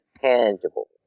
tangible